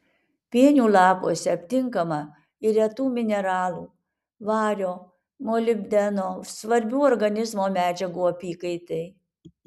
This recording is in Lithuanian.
pienių lapuose aptinkama ir retų mineralų vario molibdeno svarbių organizmo medžiagų apykaitai